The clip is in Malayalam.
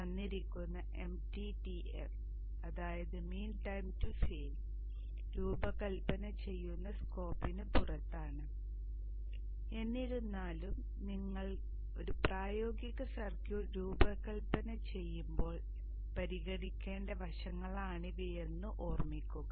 തന്നിരിക്കുന്ന mttf mean time to fail രൂപകൽപ്പന ചെയ്യുന്ന സ്കോപ്പിന് പുറത്താണ് എന്നിരുന്നാലും നിങ്ങൾ ഒരു പ്രായോഗിക സർക്യൂട്ട് രൂപകൽപ്പന ചെയ്യുമ്പോൾ നിങ്ങൾ പരിഗണിക്കേണ്ട വശങ്ങളാണിവയെന്ന് ഓർമ്മിക്കുക